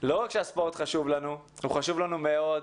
שלא רק שהספורט חשוב לנו, הוא חשוב לנו מאוד.